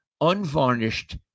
unvarnished